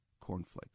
cornflakes